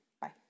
Bye